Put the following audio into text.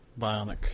bionic